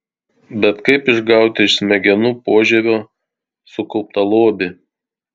bet kaip išgauti iš smegenų požievio sukauptą lobį